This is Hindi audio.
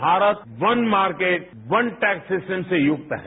आज भारत वन मार्किट वन टैक्ससेरान से युक्त है